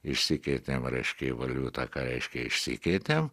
išsikeitėm reiškia į valiutą ką reiškia išsikeitėm